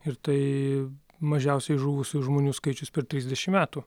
ir tai mažiausiai žuvusių žmonių skaičius per trisdešim metų